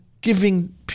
giving